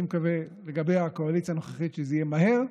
אני מקווה, לגבי הקואליציה הנוכחית, שזה יהיה מהר.